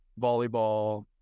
volleyball